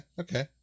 okay